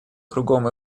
кругом